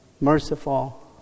merciful